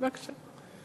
בבקשה.